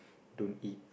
don't eat